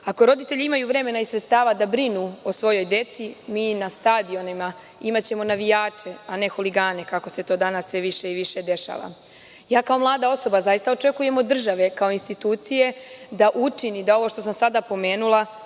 roditelji imaju vremena i sredstava da brinu o svojoj deci i na stadionima imaćemo navijače, a ne huligane, kako se to danas sve više i više dešava. Ja kao mlada osoba zaista očekujem od države, kao institucije da učini da ovo što sam sada pomenula